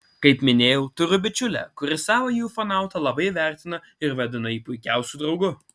kaip minėjau turiu bičiulę kuri savąjį ufonautą labai vertina ir vadina jį puikiausiu draugu